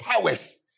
powers